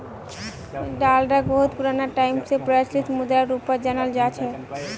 डालरक बहुत पुराना टाइम स प्रचलित मुद्राक रूपत जानाल जा छेक